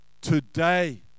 today